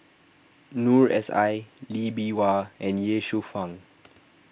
Noor S I Lee Bee Wah and Ye Shufang